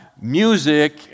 music